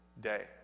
day